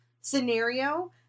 scenario